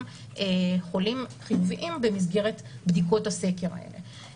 חולים חיוביים במסגרת בדיקות הסקר האלה.